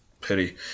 pity